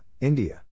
India